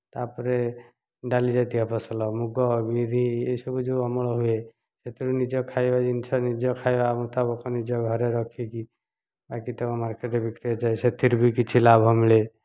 ତା'ପରେ ଡାଲିଜାତୀୟ ଫସଲ ମୁଗ ବିରି ଏଇସବୁ ଯେଉଁ ଅମଳ ହୁଏ ସେଥିରୁ ନିଜ ଖାଇବା ଜିନିଷ ନିଜ ଖାଇବା ମୁତାବକ ନିଜ ଘରେ ରଖିକି ବାକିତକ ମାର୍କେଟ୍ରେ ବିକାଯାଏ ସେଥିରୁ ବି କିଛି ଲାଭ ମିଳେ